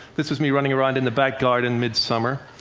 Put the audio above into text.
this was me running around in the back garden mid-summer.